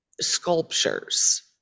sculptures